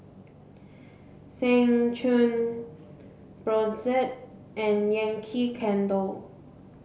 Seng Choon Brotzeit and Yankee Candle